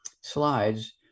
slides